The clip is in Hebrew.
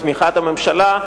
בתמיכת הממשלה,